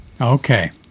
Okay